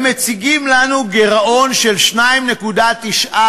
הם מציגים לנו גירעון של 2.9%,